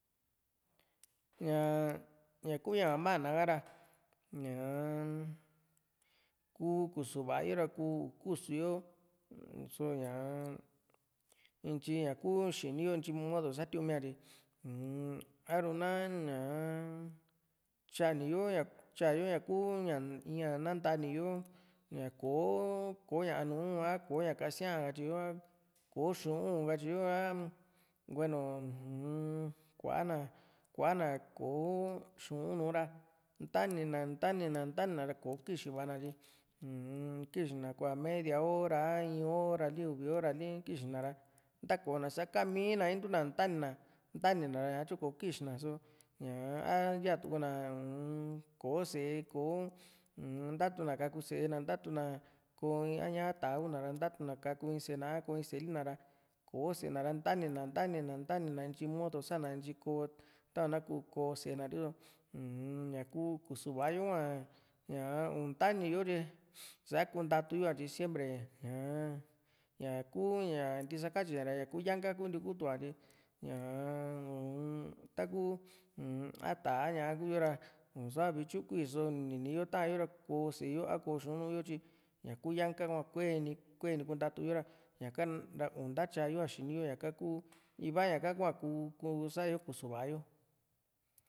ña kuu ña mana ka´ra ku ku´su va´a yo ra u´kusu yo só ñaa intyi ña ku xini yo ntyi modo satiu´n mia tyi uu-m a´ru ná ñaa tyani yo tyaayo ña ku ña in´a ña nantani yo ña kò´o ñá nùù a kò´o ña kasía katyo yo a kò´o xuu´n katyiyo a hueno uu-m kuana kò´o xu´un nùù ra ntaní na ntaní na ra kò´o kixi va´a na tyi uu-m kixi kua media hora a in hora a nti uvi hora li kixi na ra ntáko na saka mi´na intu na ntaní na ntaní ná tyo kò´o kixi na só ñaa a yaa tu´na kò´o sée ko ntaatu na kaku sée na ntatu na kò´o a ñá´a a tá´a kuna ra ntatuna kau in sée na a ko in sée li na ra kò´o s+ee na ra ntaní na ntaní na ntyi modo sá´na ntyi kó tava na ku kó sée na riso uu-m ñakú kusu va´a yo hua ñaa u´ntaní yo tyi sa kuntatu yo a tyi siempre ña ñaku ñá ntisa katyiña kuu yanka kunti kutu ña tyi ñaa uu-m taku u-m a tá´a a ñá´a kuu yo ra nisu´a vityu kuii´so ni´ni yo ta´an yo ra ko sée yo a ko xu´un nuu yo tyi ñaku yanka hua kuenu kueni ni kuntatu yo ra ñaka ra un´tatya yo´a xini yo´a xini yo ñaka ku iva ña ka hua ku ku sa´yo kusu va´a yo